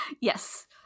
Yes